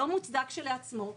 לא מוצדק כשלעצמו,